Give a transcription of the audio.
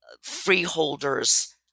freeholders